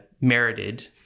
merited